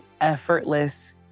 effortless